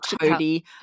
Cody